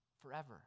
Forever